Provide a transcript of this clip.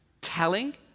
telling